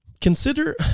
Consider